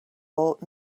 bought